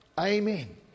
amen